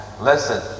listen